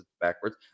backwards